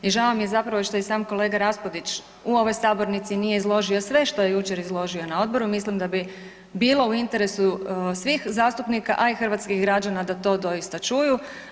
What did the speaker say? I žao mi je zapravo što i sam kolega Raspudić u ovoj sabornici nije izložio sve što je jučer izložio na odboru, mislim da bi bilo u interesu svih zastupnika, a i hrvatskih građana da to doista čuju.